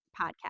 podcast